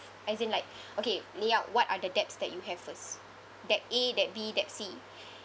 as in like okay lay out what are the debts that you have first debt A debt B debt C